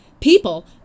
People